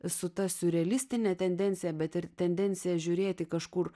su ta siurrealistine tendencija bet ir tendencija žiūrėti kažkur